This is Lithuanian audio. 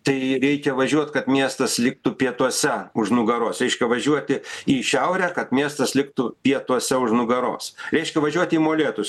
tai reikia važiuot kad miestas liktų pietuose už nugaros reiškia važiuoti į šiaurę kad miestas liktų pietuose už nugaros reiškia važiuoti molėtus